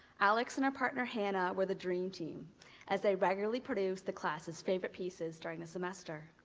alex and her partner, hannah, were the dream team as they regularly produced the class's favorite pieces during the semester.